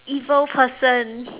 evil person